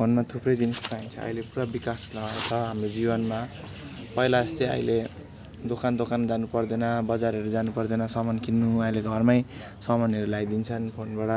फोनमा थुप्रै जिनिस पाइन्छ अहिले पुरा विकास लहर छ हाम्रो जीवनमा पहिला जस्तै अहिले दोकान दोकान जानुपर्दैन बजारहरू जानुपर्दैन सामान किन्नु अहिले घरमै सामानहरू ल्याइदिन्छन् फोनबाट